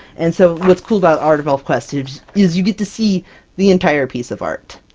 and so what's cool about art of elfquest is is you get to see the entire piece of art!